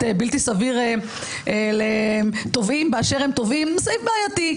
בלתי סביר לתובעים באשר הם תובעים הוא סעיף בעייתי.